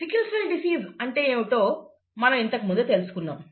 sickle cell disease అంటే ఏమిటో మనం ఇంతకు ముందే తెలుసుకున్నాము